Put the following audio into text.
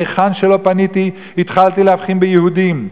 להיכן שלא פניתי התחלתי להבחין ביהודים,